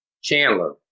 Chandler